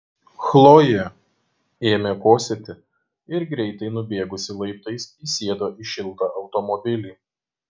chlojė ėmė kosėti ir greitai nubėgusi laiptais įsėdo į šiltą automobilį